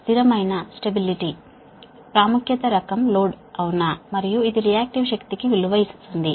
స్థిరమైన ప్రాముఖ్యత రకం లోడ్ అవునా మరియు ఇది రియాక్టివ్ పవర్ కి విలువ ఇస్తుంది